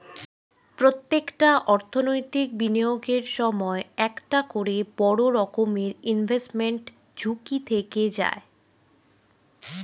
প্রত্যেকটা অর্থনৈতিক বিনিয়োগের সময় একটা করে বড় রকমের ইনভেস্টমেন্ট ঝুঁকি থেকে যায়